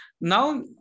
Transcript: Now